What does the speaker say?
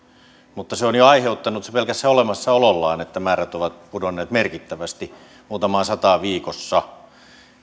mutta sopimus on jo aiheuttanut pelkällä olemassaolollaan sen että määrät ovat pudonneet merkittävästi muutamaan sataan viikossa